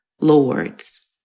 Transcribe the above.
lords